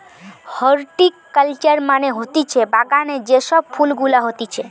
horticulture মানে হতিছে বাগানে যে সব ফুল গুলা হতিছে